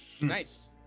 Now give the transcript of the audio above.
Nice